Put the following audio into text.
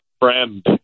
Friend